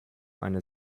eine